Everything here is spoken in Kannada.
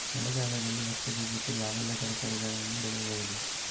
ಮಳೆಗಾಲದಲ್ಲಿ ಭತ್ತದ ಜೊತೆ ಯಾವೆಲ್ಲಾ ತರಕಾರಿಗಳನ್ನು ಬೆಳೆಯಬಹುದು?